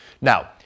Now